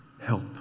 help